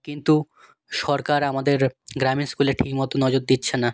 কিন্তু সরকার আমাদের গ্রামের স্কুলে ঠিকমতো নজর দিচ্ছে না